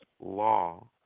law